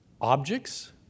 objects